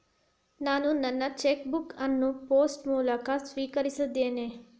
ನಾನು ನನ್ನ cheque book ಅನ್ನು ಪೋಸ್ಟ್ ಮೂಲಕ ಸ್ವೀಕರಿಸಿದ್ದೇನೆ